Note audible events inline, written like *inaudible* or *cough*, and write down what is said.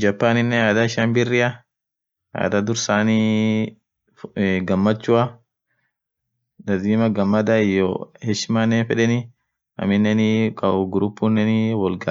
Brazilin sagale birri kabd sagale ishiani *hesitation* ta lila beekenu *unintelligible* feijuada yeden ishinsun gadenyereo sun akan jirti weekend faa akan nyaaten podukujo faa